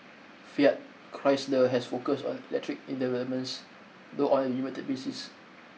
Fiat Chrysler has focused on electric developments though on a limited basis